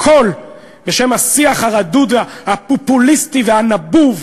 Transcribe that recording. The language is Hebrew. הכול בשם השיח הרדוד, הפופוליסטי והנבוב,